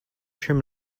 trim